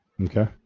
Okay